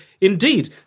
indeed